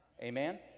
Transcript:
Amen